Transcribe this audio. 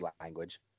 language